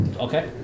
Okay